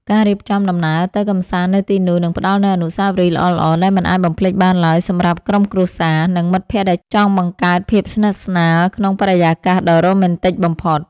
ការរៀបចំដំណើរទៅកម្សាន្តនៅទីនោះនឹងផ្តល់នូវអនុស្សាវរីយ៍ល្អៗដែលមិនអាចបំភ្លេចបានឡើយសម្រាប់ក្រុមគ្រួសារ និង មិត្តភក្តិដែលចង់បង្កើតភាពស្និទ្ធស្នាលក្នុងបរិយាកាសដ៏រ៉ូមែនទិកបំផុត។